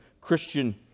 Christian